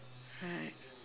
right